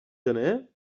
gener